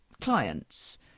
clients